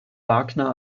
wagner